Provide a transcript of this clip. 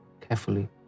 carefully